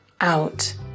out